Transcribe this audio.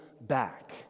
back